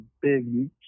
big